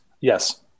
Yes